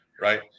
right